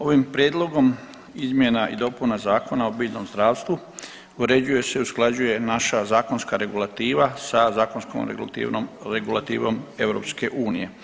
Ovim prijedlogom izmjena i dopuna Zakona o biljnom zdravstvu uređuje se i usklađuje naša zakonska regulativa sa zakonskom regulativom EU.